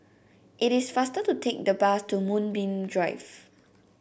it is faster to take the bus to Moonbeam Drive